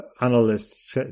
analysts